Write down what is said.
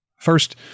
First